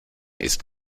ist